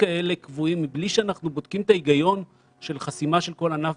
אנחנו לא נוטים לשאול על גורם כזה או